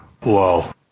Whoa